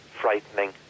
frightening